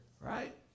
Right